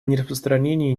нераспространении